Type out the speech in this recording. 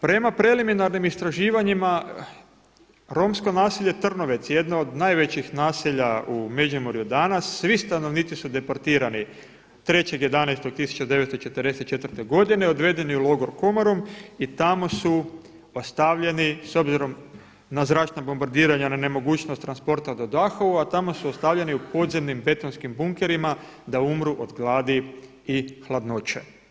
Prema preliminarnim istraživanjima Romsko naselje Trnovec jedno od najvećih naselja u Međimurju danas, svi stanovnici su deportirani 3. 11. 1944. godine odvedeni u logor Komorom i tamo su ostavljeni s obzirom na zračna bombardiranja, na nemogućnost transporta do Dachaua a tamo su ostavljeni u podzemnim betonskim bunkerima da umru od gladi i hladnoće.